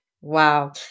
wow